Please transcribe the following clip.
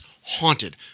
haunted